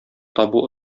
табу